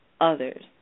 others